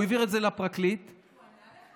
הוא העביר את זה לפרקליט, הוא ענה לך?